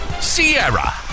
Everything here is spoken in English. Sierra